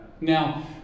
now